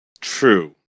True